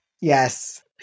Yes